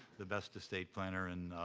the best estate planner in,